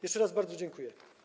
Jeszcze raz bardzo dziękuję.